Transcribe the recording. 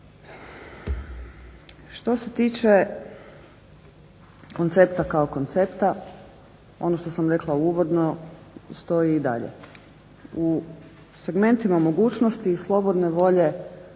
Što se tiče koncepta kao koncepta ono što sam rekla uvodno stoji i dalje. U segmentima mogućnosti i slobodne volje